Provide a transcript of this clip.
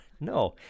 no